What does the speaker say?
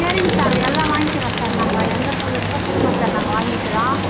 சரிங்க சார் எல்லாம் வாங்கிக்கிறோம் சார் நாங்கள் எந்த பூ இருக்கோ கொடுங்க சார் நாங்கள் வாங்கிக்கிறோம்